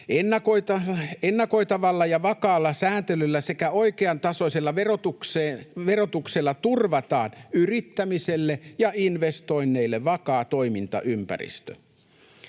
Ennakoitavalla ja vakaalla sääntelyllä sekä oikean tasoisella verotuksella turvataan yrittämiselle ja investoinneille vakaa toimintaympäristö.